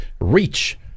Reach